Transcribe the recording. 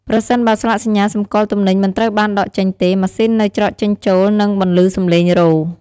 ប្រសិនបើស្លាកសញ្ញាសំគាល់ទំនិញមិនត្រូវបានដកចេញទេ ម៉ាស៊ីននៅច្រកចេញចូលនឹងបន្លឺសម្លេងរោទិ៍។